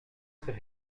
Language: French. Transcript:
sais